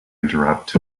interrupt